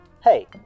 Hey